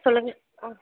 சொல்லுங்கள்